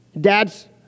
Dads